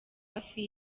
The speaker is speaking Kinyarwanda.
hafi